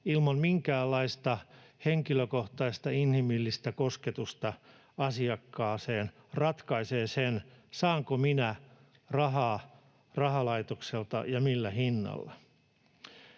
ilman minkäänlaista henkilökohtaista, inhimillistä kosketusta asiakkaaseen ratkaisee sen, saanko minä rahaa rahalaitokselta ja millä hinnalla.